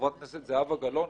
חברת הכנסת זהבה גלאון,